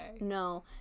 No